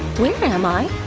where am i?